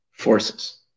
forces